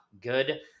good